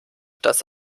dass